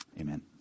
Amen